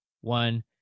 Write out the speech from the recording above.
one